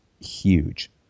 huge